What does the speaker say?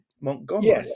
Montgomery